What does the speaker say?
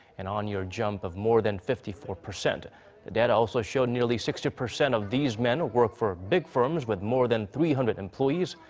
an on-year jump of more than fifty four percent. the data also showed nearly sixty percent of these men work for big firms with more than three hundred employees.